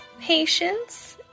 patience